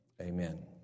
Amen